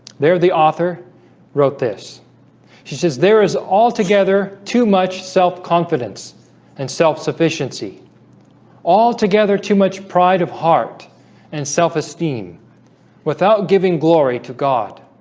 there the author wrote this she says there is altogether too much self-confidence and self sufficiency altogether too much pride of heart and self-esteem without giving glory to god